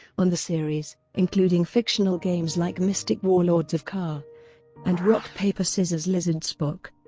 on the series, including fictional games like mystic warlords of ka'a and rock-paper-scissors-lizard-spock.